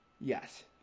Yes